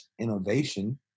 innovation